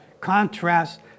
contrast